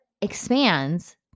expands